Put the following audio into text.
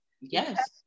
yes